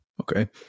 Okay